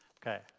Okay